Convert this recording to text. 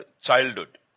childhood